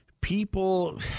people